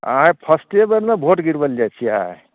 अँए फर्स्टे बेर ने वोट गिरबै लेल जाइ छिए